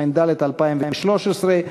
התשע"ד 2013,